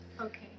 Okay